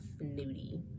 snooty